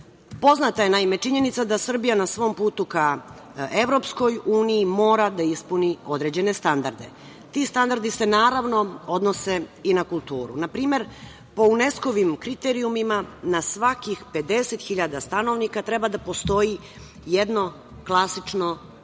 Srbiji. Poznata je činjenica da Srbija na svom putu ka EU mora da ispuni određene standarde. Ti standardi se, naravno, odnose i na kulturu. Na primer, po UNESKO kriterijumima na svakih 50.000 stanovnika treba da postoji jedno klasično